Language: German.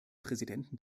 präsidenten